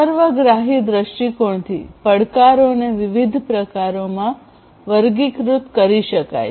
સર્વગ્રાહી દ્રષ્ટિકોણથી પડકારોને વિવિધ પ્રકારોમાં વર્ગીકૃત કરી શકાય છે